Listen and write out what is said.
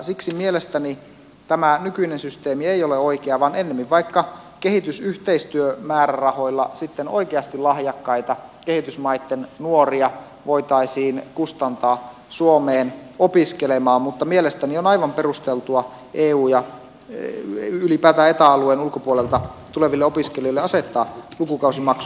siksi mielestäni tämä nykyinen systeemi ei ole oikea vaan ennemmin vaikka kehitysyhteistyömäärärahoilla sitten oikeasti lahjakkaita kehitysmaiden nuoria voitaisiin kustantaa suomeen opiskelemaan mutta mielestäni on aivan perusteltua eu ja ylipäätään eta alueen ulkopuolelta tuleville opiskelijoille asettaa lukukausimaksut